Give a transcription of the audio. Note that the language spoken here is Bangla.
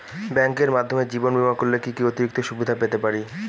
ব্যাংকের মাধ্যমে জীবন বীমা করলে কি কি অতিরিক্ত সুবিধে পেতে পারি?